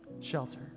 shelter